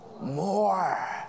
More